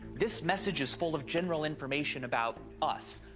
this message is full of general information about us.